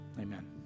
Amen